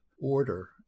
order